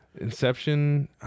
Inception